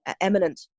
Eminent